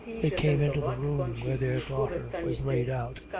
they came into the room where their daughter was laid out,